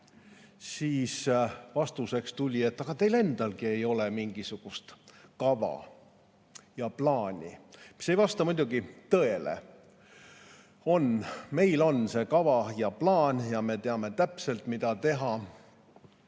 siis vastuseks tuli, et aga teil endalgi ei ole mingisugust kava ja plaani. See ei vasta muidugi tõele. Meil on see kava ja plaan ja me teame täpselt, mida teha.